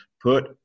put